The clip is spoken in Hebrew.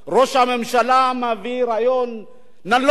ראש הממשלה מביא רעיון נלוז,